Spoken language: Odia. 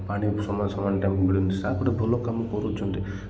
ପାଣି ସମୟ ସମୟରେ ଆମକୁ ମିଳୁନି ଭଲ କାମ କରୁଛନ୍ତି